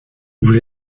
vous